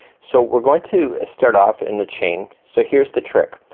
so we're going to start off in the chain. so here's the trick.